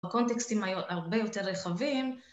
בקונטקסטים הרבה יותר רחבים